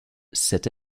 cette